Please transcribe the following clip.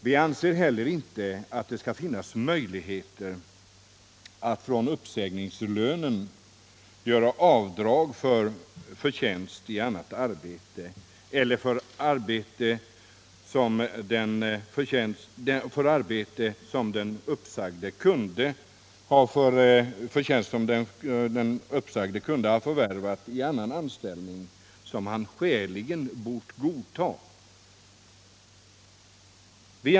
Vi anser heller inte att det skall finnas möjlighet att från uppsägningslönen göra avdrag för förtjänst i annat arbete eller för förtjänst som den uppsagde kunde ha förvärvat i annan anställning som han skäligen bort godta.